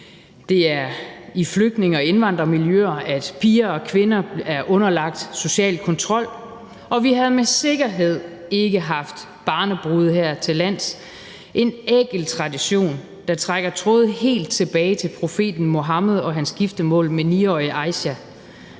Det er i flygtninge- og indvandrermiljøer, at piger og kvinder er underlagt social kontrol. Og vi havde med sikkerhed ikke haft barnebrude her til lands, en ækel tradition, der trækker tråde helt tilbage til profeten Muhammed og hans giftermål med 9-årige Aisha.